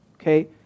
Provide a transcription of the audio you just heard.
Okay